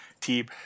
team